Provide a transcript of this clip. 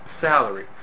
salary